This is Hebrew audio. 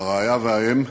הרעיה והאם,